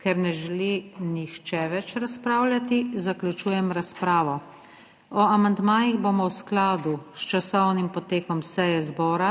Ker ne želi nihče več razpravljati, zaključujem razpravo,. O amandmajih bomo v skladu s časovnim potekom seje zbora